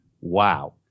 Wow